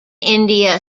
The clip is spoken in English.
india